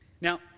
Now